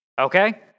Okay